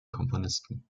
komponisten